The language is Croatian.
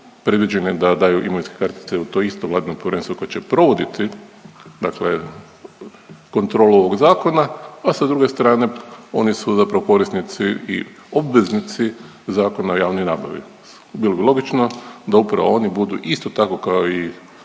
predviđene da daju imovinske kartice jer je to isto važno …/Govornik se ne razumije./… koje će provoditi dakle kontrolu ovog zakona, a sa druge strane oni su zapravo korisnici i obveznici Zakona o javnoj nabavi. Bilo bi logično da upravo oni budu isto tako kao i